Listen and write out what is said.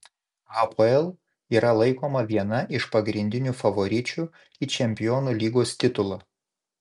hapoel yra laikoma viena iš pagrindinių favoričių į čempionų lygos titulą